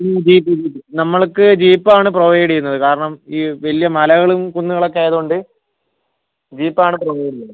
jeep jeep നമ്മൾക്ക് ജീപ്പാണ് provide ചെയ്യുന്നത് കാരണം ഈ വലിയ മലകളും കുന്നുകളൊക്കെ ആയതുകൊണ്ട് ജീപ്പാണ് പ്രൊവൈഡ് ചെയ്യുന്നത്